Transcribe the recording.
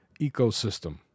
ecosystem